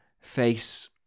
face